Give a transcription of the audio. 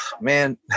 man